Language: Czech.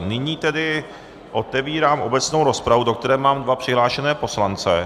Nyní tedy otevírám obecnou rozpravu, do které mám dva přihlášené poslance.